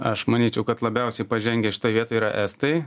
aš manyčiau kad labiausiai pažengę šitoj vietoj yra estai